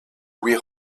louis